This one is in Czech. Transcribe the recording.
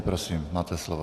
Prosím, máte slovo.